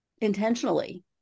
intentionally